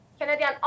Canadian